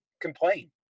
complain